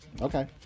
Okay